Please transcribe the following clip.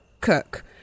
cook